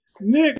Nick